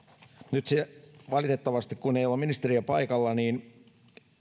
nyt valitettavasti ei ole ministeriä paikalla mutta